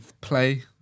play